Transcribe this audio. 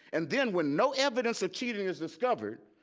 and then when no evidence of cheating is discovered,